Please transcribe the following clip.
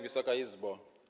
Wysoka Izbo!